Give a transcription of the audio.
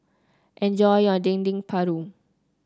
enjoy your Dendeng Paru